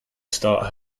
start